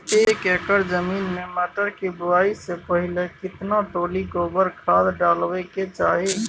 एक एकर जमीन में मटर के बुआई स पहिले केतना ट्रॉली गोबर खाद डालबै के चाही?